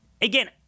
Again